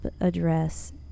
address